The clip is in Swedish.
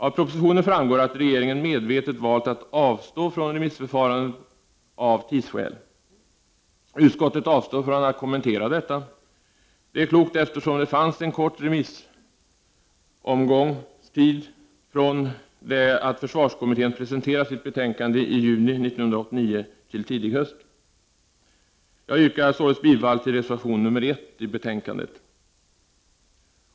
Av propositionen framgår att regeringen medvetet valt att avstå från remissförfarandet av tidsskäl. Utskottet avstår från att kommentera detta. Det är klokt, eftersom det fanns tid för en kort remissomgång från det att försvarskommittén presenterade sitt betänkande i juni 1989 till tidig höst. Jag yrkar således bifall till reservation nr 1 i betänkandet.